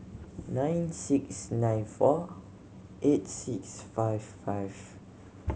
nine six nine four eight six five five